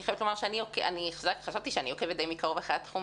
אני חייבת לומר שחשבתי שאני עוקבת מקרוב אחרי התחום,